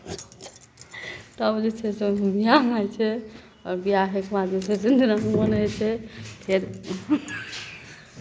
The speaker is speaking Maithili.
तब जे छै से ओहि दिन बियाह होइ छै तब बियाह होयके बाद दोसरे दिन तरहक मोन होइ छै फेर